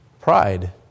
Pride